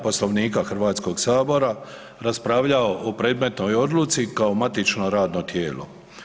Poslovnika Hrvatskog sabora raspravljao o predmetnoj odluci kao matično radno tijelo.